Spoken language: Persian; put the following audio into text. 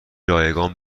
رایگان